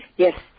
Yes